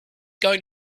going